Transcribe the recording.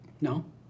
No